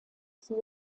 sea